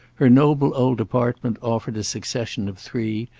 her noble old apartment offered a succession of three,